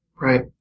Right